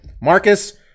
Marcus